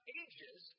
ages